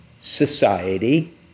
society